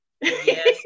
Yes